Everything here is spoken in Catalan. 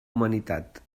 humanitat